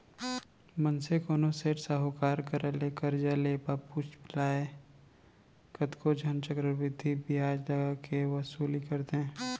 मनसे कोनो सेठ साहूकार करा ले करजा ले ता पुछ लय कतको झन चक्रबृद्धि बियाज लगा के वसूली करथे